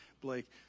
Blake